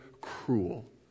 cruel